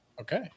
Okay